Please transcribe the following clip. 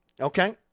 Okay